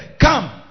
Come